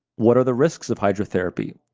what are the risks of hydrotherapy?